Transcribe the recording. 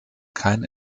kein